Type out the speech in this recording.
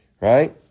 right